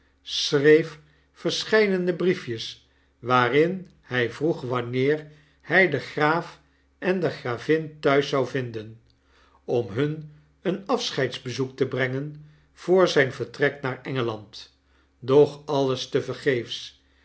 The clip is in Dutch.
schreef verscheidene briefjes waarin hij vroeg wanneer hy den graaf en de gravin thuis zou vinden om hun een afscheids bezoek te brengen voor zyn vertrek naar en gel and doch alles tevergeefs